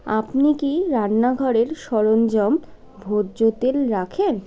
আপনি কি রান্নাঘরের সরঞ্জাম ভোজ্য তেল রাখেন